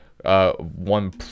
one